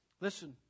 Listen